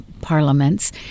parliaments